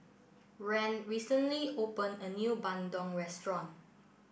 rand recently opened a new Bandung restaurant